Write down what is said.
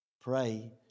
pray